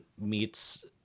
meets